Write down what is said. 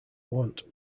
want